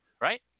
right